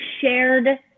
shared